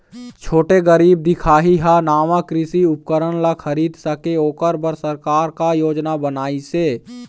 छोटे गरीब दिखाही हा नावा कृषि उपकरण ला खरीद सके ओकर बर सरकार का योजना बनाइसे?